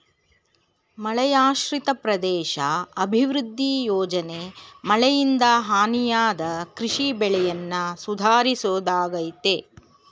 ಮಳೆಯಾಶ್ರಿತ ಪ್ರದೇಶ ಅಭಿವೃದ್ಧಿ ಯೋಜನೆ ಮಳೆಯಿಂದ ಹಾನಿಯಾದ ಕೃಷಿ ಬೆಳೆಯನ್ನ ಸುಧಾರಿಸೋದಾಗಯ್ತೆ